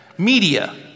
Media